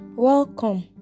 Welcome